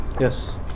Yes